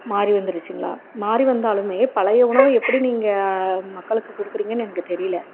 மாறி வந்துருச்சுங்களா மாறி வந்தாலுமே பழைய உணவை எப்படி நீங்கள் மக்களுக்கு கொடுக்கறீங்கன்னு எனக்கு தெரியிலை